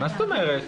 מה זאת אומרת?